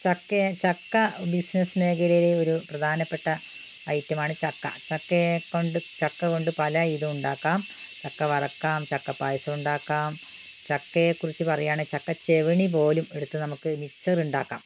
ചക്കയും ചക്ക ബിസിനസ്സ് മേഖലയിലെ ഒരു പ്രധാനപ്പെട്ട ഐറ്റമാണ് ചക്ക ചക്കയെ കൊണ്ട് ചക്കകൊണ്ട് പല ഇതുണ്ടാക്കാം ചക്ക വറുക്കാം ചക്ക പായസം ഉണ്ടാക്കാം ചക്കയെക്കുറിച്ച് പറയുകാണെങ്കിൽ ചക്ക ചെവിനി പോലും വെച്ച് നമുക്ക് മിച്ചർ ഉണ്ടാക്കാം